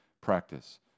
practice